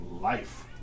life